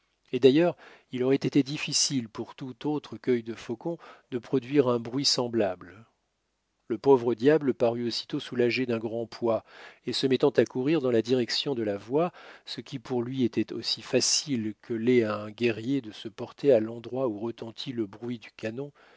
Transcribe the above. et d'ailleurs il aurait été difficile pour tout autre quœil de faucon de produire un bruit semblable le pauvre diable parut aussitôt soulagé d'un grand poids et se mettant à courir dans la direction de la voix ce qui pour lui était aussi facile que l'est à un guerrier de se porter à l'endroit où retentit le bruit du canon